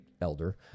elder